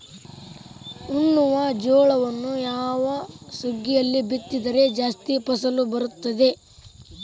ಉಣ್ಣುವ ಜೋಳವನ್ನು ಯಾವ ಸುಗ್ಗಿಯಲ್ಲಿ ಬಿತ್ತಿದರೆ ಜಾಸ್ತಿ ಫಸಲು ಬರುತ್ತದೆ?